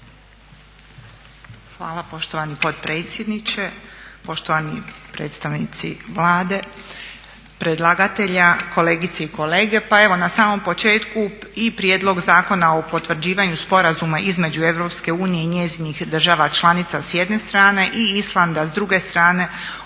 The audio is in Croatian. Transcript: Hvala poštovani potpredsjedniče, poštovani predstavnici Vlade, predlagatelja, kolegice i kolege. Pa evo na samom početku i Prijedlog Zakona o potvrđivanju Sporazuma između Europske unije i njezinih država članica, s jedne strane, i Islanda, s druge strane,